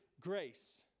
grace